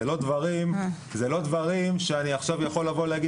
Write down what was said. זה לא דברים שאני עכשיו יכול לבוא להגיד